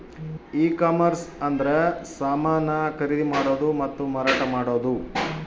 ಈ ಕಾಮರ್ಸ ಅಂದ್ರೆ ಸಮಾನ ಖರೀದಿ ಮಾಡೋದು ಮತ್ತ ಮಾರಾಟ ಮಾಡೋದು